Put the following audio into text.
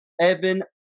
Evan